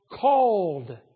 called